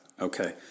Okay